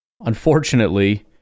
Unfortunately